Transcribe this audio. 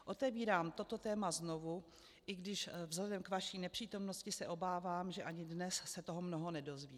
Otevírám toto téma znovu, i když vzhledem k vaší nepřítomnosti se obávám, že ani dnes se toho mnoho nedozvím.